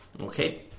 Okay